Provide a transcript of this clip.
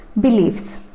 beliefs